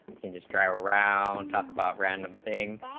in this dry around talk about random things